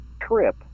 trip